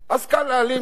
אז קל להעלים גם,